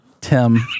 Tim